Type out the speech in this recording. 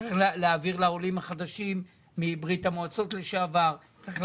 צריך להעביר לעולים החדשים מברית המועצות לשעבר כמו שצריך.